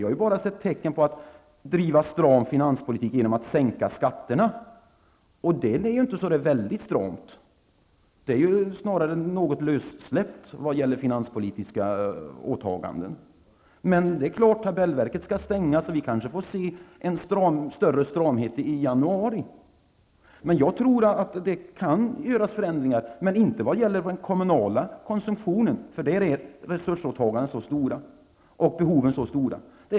Jag har bara sett tecken på att driva en stram finanspolitik genom sänkta skatter, och det är ju inte så väldigt strongt. Det är snarare något lössläppt vad gäller finanspolitiska åtaganden. Men tabellverket skall ju stängas, och vi får kanske se en större stramhet i januari. Jag tror att det går att göra förändringar, men inte vad gäller den kommunala konsumtionen, för där är resursåtagandena och behoven redan så stora.